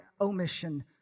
omission